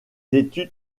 études